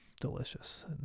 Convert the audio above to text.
Delicious